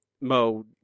Mo